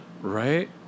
Right